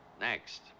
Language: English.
Next